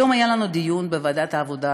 היום היה לנו דיון בוועדת העבודה,